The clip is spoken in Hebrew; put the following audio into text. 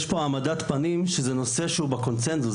יש פה העמדת פנים שזה נושא שהוא בקונצנזוס,